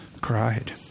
cried